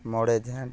ᱢᱚᱬᱮ ᱡᱷᱮᱸᱴ